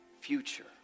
future